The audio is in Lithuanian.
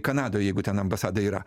kanadoj jeigu ten ambasada yra